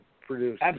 produce